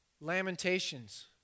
Lamentations